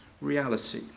reality